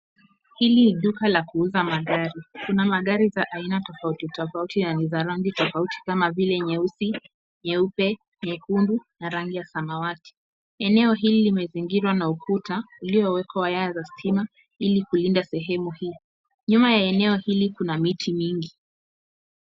Hili ni duka la kuuza magari kuna gari za aina tofauti tofauti na ni za rangi tofauti kama vile nyeusi, nyeupe, nyekundu na rangi ya samawati, eneo hili limezingirwa na ukuta uliyowekwa waya za stima ilikulinda sehemu hii, nyuma ya eneo hili kuna miti mingi.